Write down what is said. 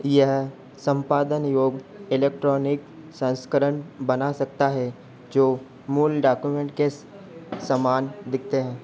यह संपादन योग्य इलेक्ट्रॉनिक संस्करण बना सकता है जो मूल डॉक्यूमेंट के समान दिखते हैं